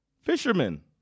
fishermen